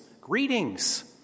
greetings